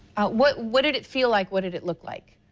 what what did it feel like? what did it look like?